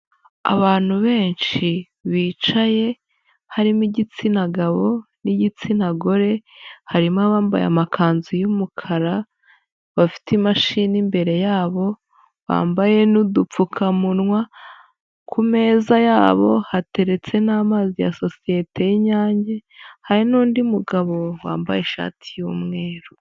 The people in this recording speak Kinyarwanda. Abantu benshi bicaye, harimo igitsina gabo n'igitsina gore, harimo abambaye amakanzu y'umukara, bafite imashini imbere yabo, bambaye n'udupfukamunwa, ku meza yabo hateretse n'amazi ya sosiyete y'Inyange, hari nundi mugabo wambaye ishati yu'umweru.